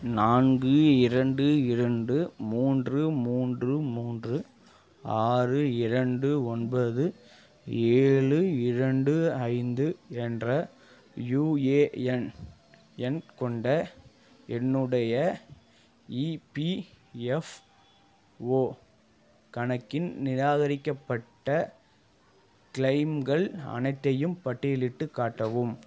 நான்கு இரண்டு இரண்டு மூன்று மூன்று மூன்று ஆறு இரண்டு ஒன்பது ஏழு இரண்டு ஐந்து என்ற யுஏஎன் எண் கொண்ட என்னுடைய இபிஎஃப்ஓ கணக்கின் நிராகரிக்கப்பட்ட க்ளைம்கள் அனைத்தையும் பட்டியலிட்டுக் காட்டவும்